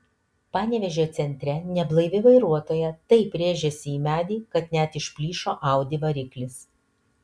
panevėžio centre neblaivi vairuotoja taip rėžėsi į medį kad net išplyšo audi variklis